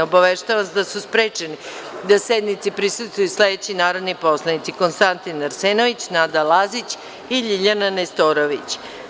Obaveštavam vas da su sprečeni da sednici prisustvuju sledeći narodni poslanici: Konstantin Arsenović, Nada Lazić i Ljiljana Nestorović.